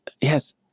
yes